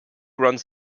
runs